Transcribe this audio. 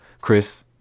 Chris